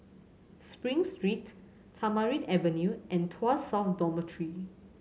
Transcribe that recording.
Spring Street Tamarind Avenue and Tuas South Dormitory